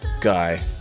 Guy